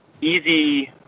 easy